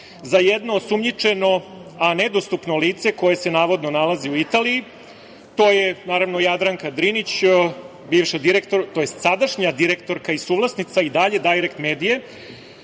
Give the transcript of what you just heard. za jedno osumnjičeno a nedostupno lice koje se navodno nalazi u Italiji, to je naravno Jadranka Drinić, sadašnja direktorka i suvlasnica i dalje „Dajrekt medije“